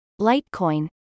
Litecoin